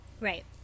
Right